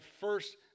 first